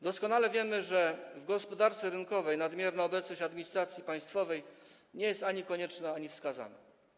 Doskonale wiemy, że w gospodarce rynkowej nadmierna obecność administracji państwowej nie jest ani konieczna, ani wskazana.